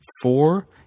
four